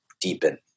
deepen